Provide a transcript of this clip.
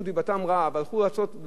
והלכו לעשות דברים לא מושכלים.